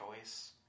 choice